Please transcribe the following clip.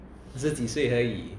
你是几岁而已